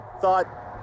thought